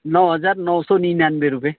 नौ हजार नौ सय उनान्सय रुप्पे